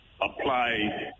apply